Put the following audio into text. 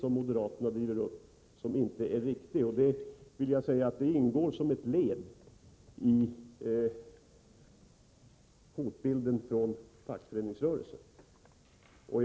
Moderaterna målar upp en hotbild som inte är riktig — och det ingår som ett led i deras utmålande av fackföreningsrörelsen som ett hot.